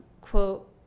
quote